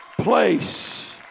place